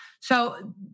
So-